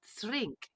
shrink